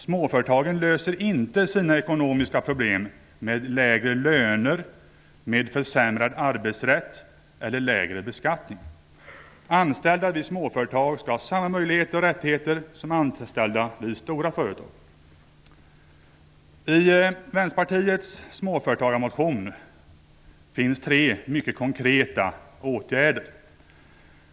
Småföretagen löser inte sina ekonomiska problem med lägre löner, försämrad arbetsrätt eller lägre beskattning. Anställda i småföretag skall ha samma möjligheter och rättigheter som anställda i stora företag. I Vänsterpartiets småföretagarmotion föreslås tre mycket konkreta åtgärder.